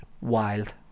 Wild